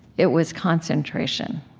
it was concentration.